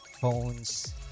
phones